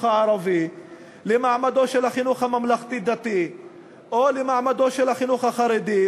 הערבי למעמדו של החינוך הממלכתי-דתי או למעמדו של החינוך החרדי,